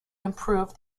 improve